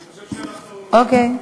אני חושב שאנחנו, אוקיי.